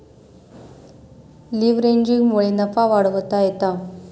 लीव्हरेजिंगमुळे नफा वाढवता येता